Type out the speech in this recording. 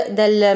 del